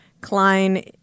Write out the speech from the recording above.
Klein